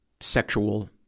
sexual